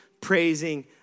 praising